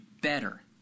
better